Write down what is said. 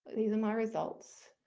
these are my results.